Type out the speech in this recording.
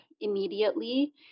immediately